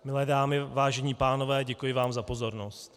Milé dámy, vážení pánové, děkuji vám za pozornost.